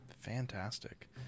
Fantastic